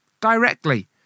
Directly